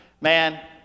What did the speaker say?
man